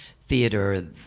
theater